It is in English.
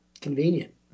convenient